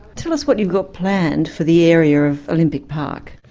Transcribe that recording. tell us what you've got planned for the area of olympic park.